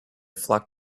flock